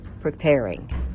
preparing